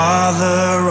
Father